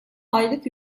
aylık